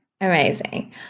Amazing